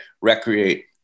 recreate